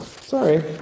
Sorry